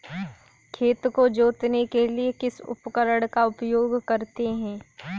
खेत को जोतने के लिए किस उपकरण का उपयोग करते हैं?